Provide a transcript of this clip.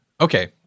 Okay